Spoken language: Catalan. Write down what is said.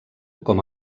com